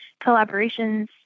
collaborations